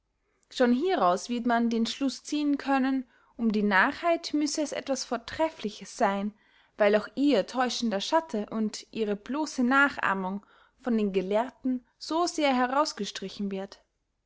schon hieraus wird man den schluß ziehen können um die narrheit müsse es etwas vortrefliches seyn weil auch ihr täuschender schatte und ihre blosse nachahmung von den gelehrten so sehr herausgestrichen wird